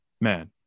man